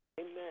Amen